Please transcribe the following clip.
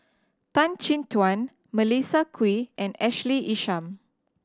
Tan Chin Tuan Melissa Kwee and Ashley Isham